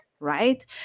Right